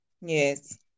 Yes